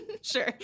Sure